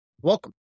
Welcome